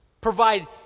Provide